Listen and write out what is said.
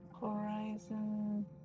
Horizon